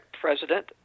president